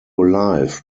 life